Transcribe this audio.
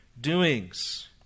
doings